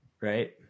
Right